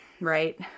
right